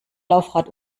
laufrad